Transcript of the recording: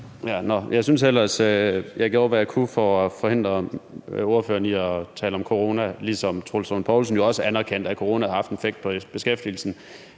ellers, jeg gjorde, hvad jeg kunne, for at forhindre ordføreren i at tale om corona, ligesom Troels Lund Poulsen jo også anerkendte, at corona har haft en effekt på beskæftigelsen.